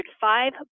five